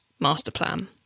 masterplan